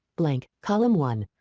blank, column one.